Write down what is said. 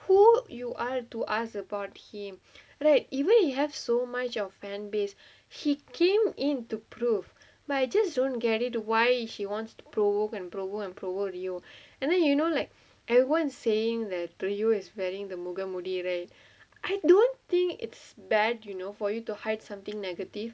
who you are to ask about him like even if you have so much of fan base he came in to prove but I just don't get it why is she wants to provoke and provoke and provoke you and then you know like and everyone saying that priyu is wearing the முக மூடி:muka moodi right I don't think it's bad you know for you to hide something negative